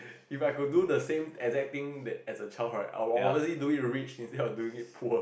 if I could do the same exact thing that as a child I will obviously do it rich instead of doing it poor